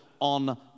on